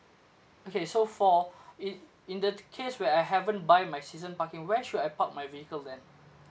okay so for in in the case where I haven't buy my season parking where should I park my vehicles then